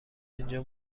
اینجا